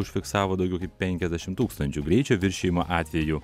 užfiksavo daugiau kaip penkiasdešim tūkstančių greičio viršijimo atvejų